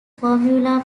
formula